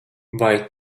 vai